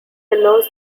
pillows